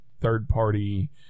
third-party